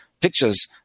pictures